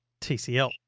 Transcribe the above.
TCL